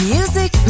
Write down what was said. Music